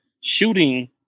shooting